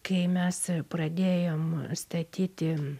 kai mes pradėjom statyti